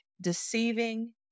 deceiving